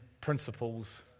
principles